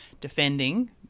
defending